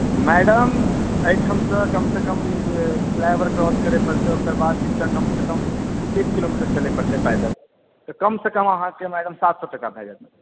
madam एहिठामसँ कम सँ कम ई फ्लाइओवर क्रॉस करऽ परतै ओकरबाद निचा कम सँ कम एक किलोमीटर चलय परतै पैदल तऽ कम सँ कम अहाँके मैडम सात सए टका भए जायत